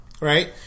Right